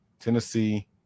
Tennessee